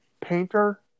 Painter